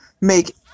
make